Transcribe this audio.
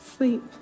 Sleep